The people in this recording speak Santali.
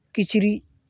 ᱠᱤᱪᱨᱤᱡᱽ